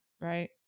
Right